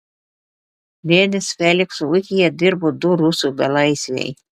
dėdės felikso ūkyje dirbo du rusų belaisviai